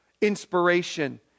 inspiration